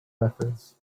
methods